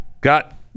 Got